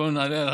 קודם נענה על